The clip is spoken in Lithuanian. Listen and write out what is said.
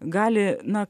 gali na